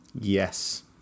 Yes